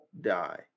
die